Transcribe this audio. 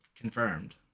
confirmed